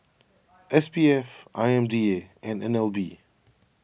S P F I M D A and N L B